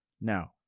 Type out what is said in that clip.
Now